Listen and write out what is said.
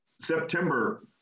September